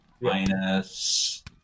minus